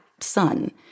son